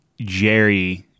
Jerry-